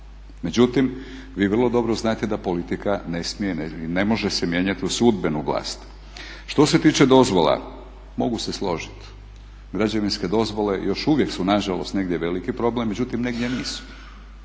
Međutim, vi vrlo dobro znate da politika ne smije i ne može se mijenjat u sudbenu vlast. Što se tiče dozvola mogu se složit, građevinske dozvole još uvijek su nažalost negdje veliki problem, međutim negdje nisu.